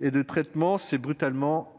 et de traitement s'est brutalement arrêtée.